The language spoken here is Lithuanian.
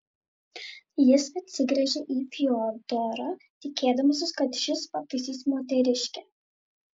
jis atsigręžė į fiodorą tikėdamasis kad šis pataisys moteriškę